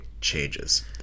changes